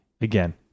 again